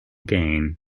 gain